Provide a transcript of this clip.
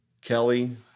Kelly